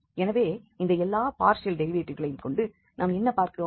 எனவே இந்த எல்லா பார்ஷியல் டெரிவேட்டிவ்களையும் கொண்டு நாம் என்ன பார்க்கிறோம்